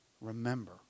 remember